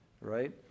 right